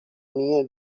minha